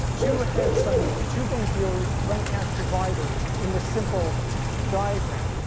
two hedge funds, two bank dealers, one cash provider in this simple diagram.